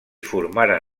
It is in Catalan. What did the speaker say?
formaren